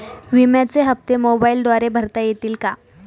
विम्याचे हप्ते मोबाइलद्वारे भरता येतील का?